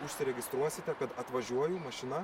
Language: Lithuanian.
užsiregistruosite kad atvažiuoju mašina